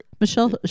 Michelle